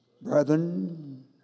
Brethren